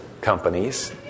companies